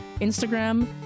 instagram